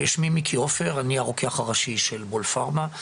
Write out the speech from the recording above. שמי מיקי עופר ואני הרוקח הראשי של bol פארמה.